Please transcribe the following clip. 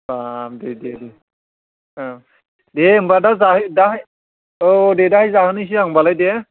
बाब दे दे दे होम्बा दा जाहै दाहाय औ दे दाहाय जाहैनोसै होम्बालाय दे